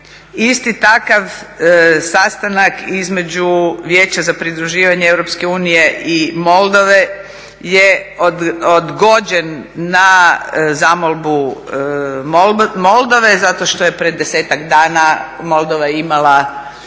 Isti takav sastanak između Vijeća za pridruživanje EU i Moldove je odgođen na zamolbu Moldove zato što je pred 10-ak dana Moldova imala